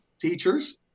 teachers